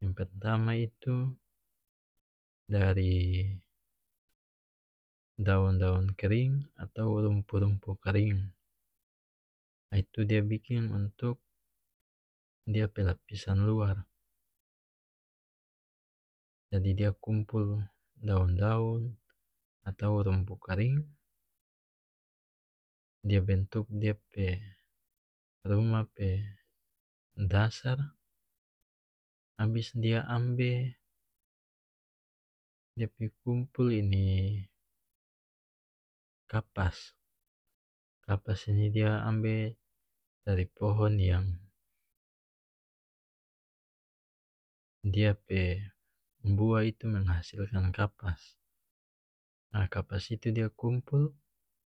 yang pertama itu dari daun daun kering atau rumpu rumpu karing itu dia bikin untuk dia pe lapisan luar jadi dia kumpul daun daun atau rumpu karing dia bentuk dia pe rumah pe dasar abis dia ambe dia pi kumpul ini kapas kapas saja dia ambe dari pohon yang dia pe buah itu menghasilkan kapas ah kapas itu dia kumpul